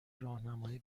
راهنمایی